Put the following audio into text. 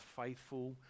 faithful